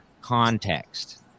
context